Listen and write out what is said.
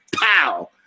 pow